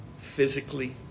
physically